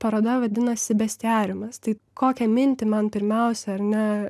paroda vadinasi bestiariumas tai kokią mintį man pirmiausia ar ne